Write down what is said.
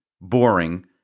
boring